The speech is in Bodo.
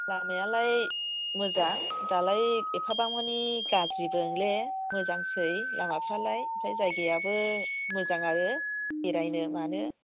लामायालाय मोजां दालाय एफाबांमानि गाज्रिबो नला मोजांसै लामाफ्रालाय ओमफ्राय जायगायाबो मोजांआनो बेरायनो मानो